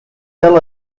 cel